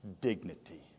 dignity